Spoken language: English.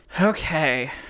Okay